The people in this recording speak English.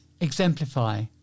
exemplify